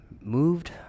moved